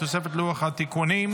בתוספת לוח התיקונים.